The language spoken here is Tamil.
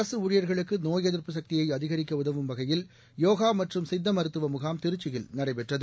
அரசு ஊழியர்களுக்கு நோய் எதிர்ப்பு சக்தியை அதிகரிக்க உதவும் வகையில் யோகா மற்றும் சித்த மருத்துவ முகாம் திருச்சியில் நடைபெற்றது